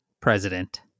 president